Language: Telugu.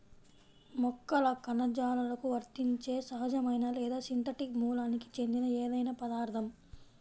మొక్కల కణజాలాలకు వర్తించే సహజమైన లేదా సింథటిక్ మూలానికి చెందిన ఏదైనా పదార్థం